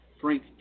Frank